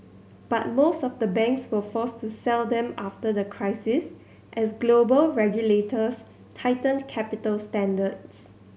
but most of the banks were forced to sell them after the crisis as global regulators tightened capital standards